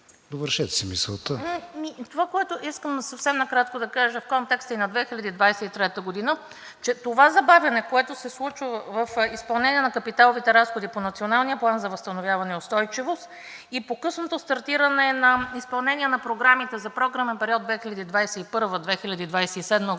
РОСИЦА ВЕЛКОВА: Това, което искам съвсем накратко да кажа в контекста и на 2023 г., е, че това забавяне, което се случва в изпълнение на капиталовите разходи по Националния план за възстановяване и устойчивост и по-късното стартиране на изпълнение на програмите за програмен период 2021 – 2027 г.,